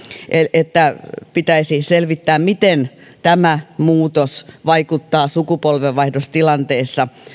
että pitäisi selvittää miten tämä muutos vaikuttaa sukupolvenvaihdostilanteissa